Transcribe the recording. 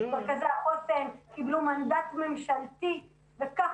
מרכזי החוסן קיבלו מנדט ממשלתי וכך